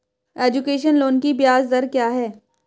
Education loan की ब्याज दर क्या है?